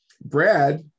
Brad